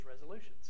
resolutions